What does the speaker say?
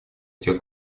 этих